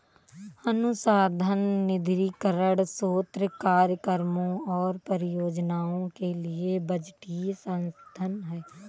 अनुसंधान निधीकरण स्रोत कार्यक्रमों और परियोजनाओं के लिए बजटीय संसाधन है